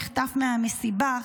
נחטף מהמסיבה,